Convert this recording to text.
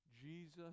Jesus